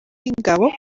y’ingabo